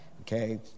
Okay